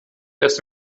erst